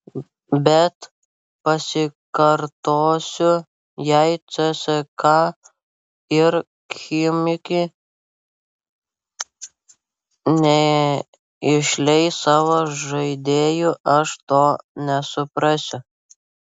bet pasikartosiu jei cska ir chimki neišleis savo žaidėjų aš to nesuprasiu